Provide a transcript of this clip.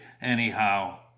anyhow